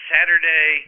Saturday